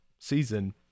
season